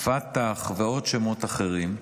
פת"ח ועוד שמות אחרים,